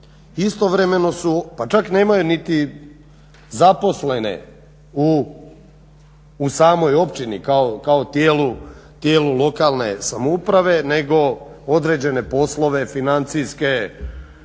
građanima. Pa čak nemaju niti zaposlene u samoj općini kao tijelu lokalne samouprave nego određene financijske